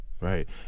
Right